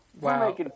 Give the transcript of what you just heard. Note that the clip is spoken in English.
Wow